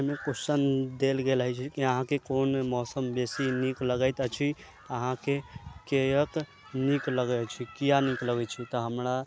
एहिमे क्वस्चन देल गेल अछि जे अहाँके कोन मौसम बेसी नीक लगैत अछि अहाँकेॅं किया नीक लगैत अछि तऽ हमरा